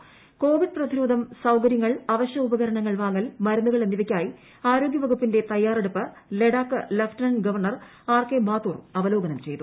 covid പ്രതിരോധം സൌകര്യങ്ങൾ അവശ്യ ഉപകുര്ണങ്ങൾ വാങ്ങൽ മരുന്നുകൾ എന്നിവയ്ക്കായി ആരോഗ്ഗ്യപ്പകു്പ്പിന്റെ തയ്യാറെടുപ്പ് Ladakh lieutenant governor R K Mathur അവലോകനം ചെയ്തു